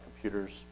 computers